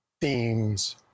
themes